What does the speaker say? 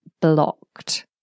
blocked